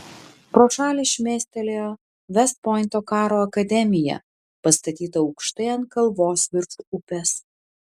pro šalį šmėstelėjo vest pointo karo akademija pastatyta aukštai ant kalvos virš upės